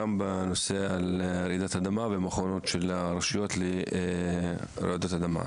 גם בנושא על רעידת אדמה ומוכנות הרשויות לרעידת אדמה.